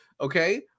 okay